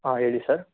ಹಾಂ ಹೇಳಿ ಸರ್